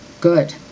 good